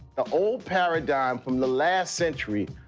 the old paradigm from the last century,